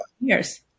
years